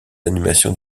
animations